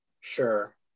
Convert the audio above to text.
Sure